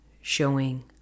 showing